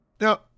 Now